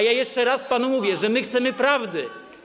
A ja jeszcze raz panu mówię, że my chcemy prawdy.